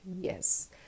yes